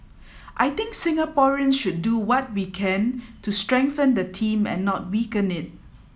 I think Singaporeans should do what we can to strengthen the team and not weaken it